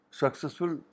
successful